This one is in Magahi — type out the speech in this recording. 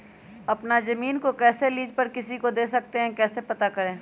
अपना जमीन को कैसे लीज पर किसी को दे सकते है कैसे पता करें?